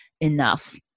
enough